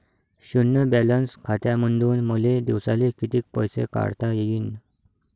शुन्य बॅलन्स खात्यामंधून मले दिवसाले कितीक पैसे काढता येईन?